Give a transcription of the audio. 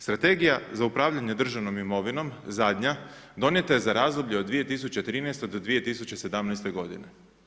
Strategija za upravljanje državnom imovinom zadnja, donijeta je za razdoblje od 2013.-2017. godine.